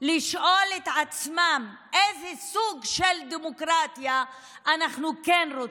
לשאול את עצמם איזה סוג של דמוקרטיה אנחנו כן רוצים,